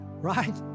right